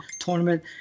tournament